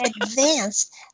advanced